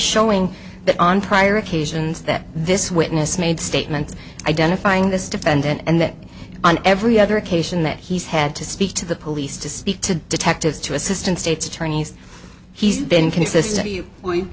showing that on prior occasions that this witness made statements identifying this defendant and then on every other occasion that he's had to speak to the police to speak to detectives to assistant state's attorneys he's been consistent